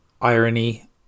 irony